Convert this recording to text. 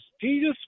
Jesus